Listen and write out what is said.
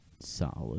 Solid